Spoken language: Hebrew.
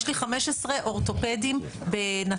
יש לי 15 אורתופדים בנתניה.